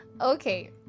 Okay